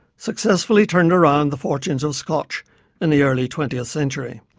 successfully turned around the fortunes of scotch in the early twentieth century.